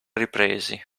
ripresi